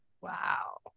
Wow